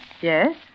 Yes